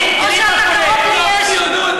או שאתה קרוב לישו?